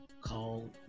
called